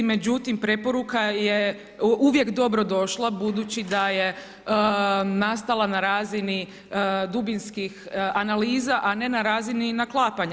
Međutim, preporuka je uvijek dobro došla budući da je nastala na razini dubinskih analiza, a ne na razini naklapanja.